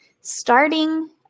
starting